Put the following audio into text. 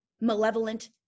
malevolent